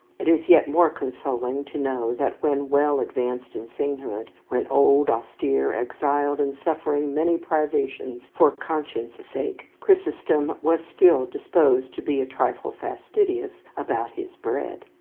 it is yet more consoling to know that when well advanced in sainthood, when old, austere, exiled, and suffering many privations for conscience' sake, chrysostom was still disposed to be a trifle fastidious about his bread.